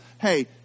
Hey